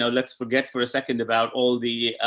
so let's forget for a second about all the,